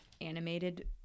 animated